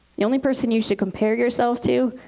the only person you should compare yourself to,